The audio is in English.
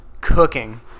Cooking